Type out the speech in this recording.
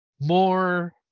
more